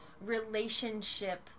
relationship